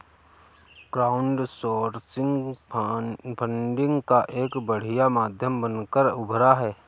crowdsourcing funding का एक बढ़िया माध्यम बनकर उभरा है